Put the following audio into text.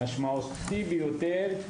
משמעותי ביותר מבחינתי.